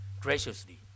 graciously